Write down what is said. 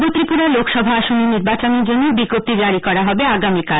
পূর্ব ত্রিপুরা লোকসভা আসনে নির্বাচনের জন্য বিজ্ঞপ্তি জারি করা হবে আগামীকাল